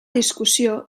discussió